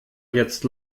jetzt